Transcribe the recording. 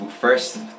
first